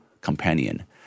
companion